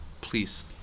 please